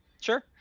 Sure